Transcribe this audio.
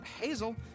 Hazel